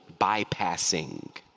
bypassing